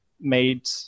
made